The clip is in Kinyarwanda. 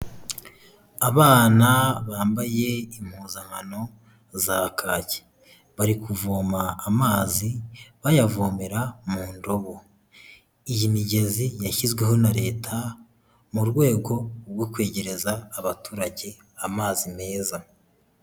Abana bambaye impuzankano za kacyi bari kuvoma amazi bayavomera mu ndobo. Iyi migezi yashyizweho na leta mu rwego rwo kwegereza abaturage amazi meza.